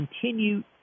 continue